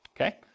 okay